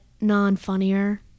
non-funnier